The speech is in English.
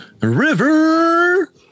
river